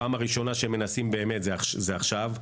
הפעם הראשונה שמנסים באמת היא עכשיו.